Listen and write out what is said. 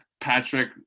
Patrick